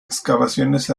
excavaciones